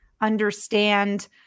understand